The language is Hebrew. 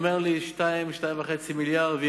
והוא אמר לי: 2 2.5 מיליארדי שקל,